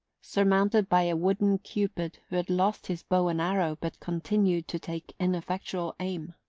surmounted by a wooden cupid who had lost his bow and arrow but continued to take ineffectual aim.